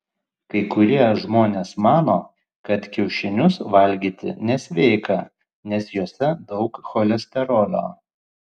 kai kurie žmonės mano kad kiaušinius valgyti nesveika nes juose daug cholesterolio